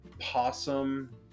possum